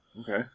Okay